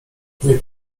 niech